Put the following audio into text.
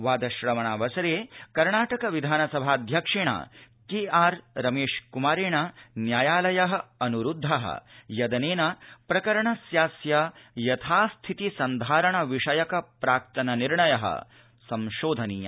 वाद श्रवणावसरे कर्णाटक विधानसभाध्यक्षेण के आर् रमेश कुमारेण न्यायालय अन्रुद्ध यदनेन प्रकरणस्यास्य यथास्थिति संधारण विषयक प्राक्तन निर्णय संशोधनीय